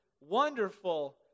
wonderful